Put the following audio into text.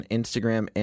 Instagram